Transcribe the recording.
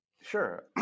Sure